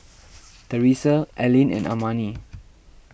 therese Allyn and Amani